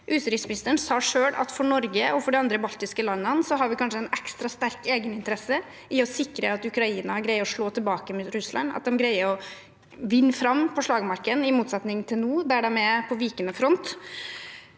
Utenriksministeren sa selv at for Norge og for de andre baltiske landene har vi kanskje en ekstra sterk egeninteresse i å sikre at Ukraina greier å slå tilbake mot Russland, at de greier å vinne fram på slagmarken, i motsetning til nå, da de er på vikende front.